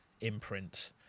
imprint